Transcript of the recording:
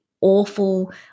awful